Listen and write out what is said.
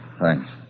thanks